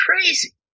crazy